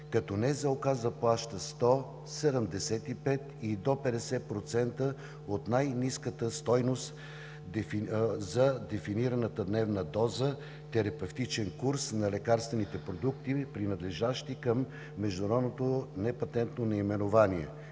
като НЗОК заплаща 100, 75 и до 50% от най-ниската стойност за дефинираната дневна доза терапевтичен курс на лекарствени продукти, принадлежащи към международното непатентно наименование,